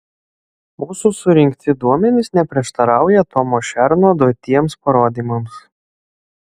mūsų surinkti duomenys neprieštarauja tomo šerno duotiems parodymams